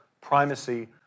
primacy